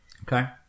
Okay